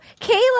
Kayla